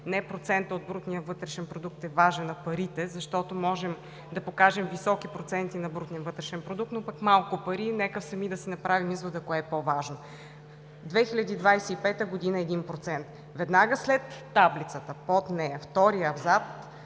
не процентът от брутния вътрешен продукт е важен, а парите, защото можем да покажем високи проценти на брутния вътрешен продукт, но пък малко пари. Тогава нека сами си направим извода кое е по-важното! През 2025 г. – 1%. Веднага след таблицата, във втори абзац